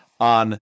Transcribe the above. on